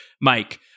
Mike